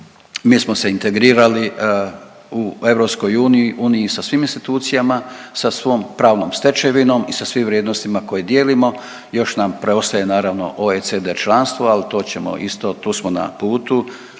mi smo se integrirali u EU, Uniji sa svim institucijama, sa svom pravnom stečevinom i sa svim vrijednostima koje dijelimo. Još nam preostaje naravno OECD članstvo, ali to ćemo isto, tu smo na putu,